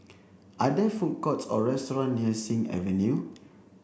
are there food courts or restaurant near Sing Avenue